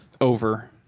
Over